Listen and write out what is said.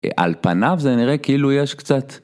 על פניו זה נראה כאילו יש קצת...